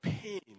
Pain